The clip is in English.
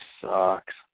sucks